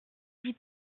dis